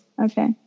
Okay